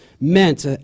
meant